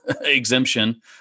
exemption